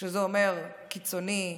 וזה אומר קיצוני חשוך,